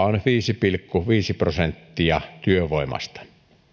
on viisi pilkku viisi prosenttia työvoimasta